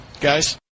guys